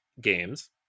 games